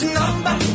number